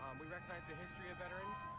we recognize the history of veterans,